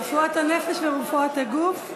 רפואת הנפש ורפואת הגוף.